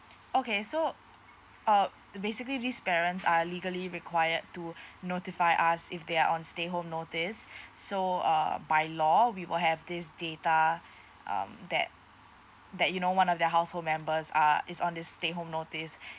okay so uh basically these parent are legally required to notify us if they're on stay home notice so err by law we will have this data um that that you know one of the household members are is on this stay home notice